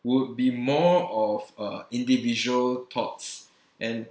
would be more of uh individual thoughts and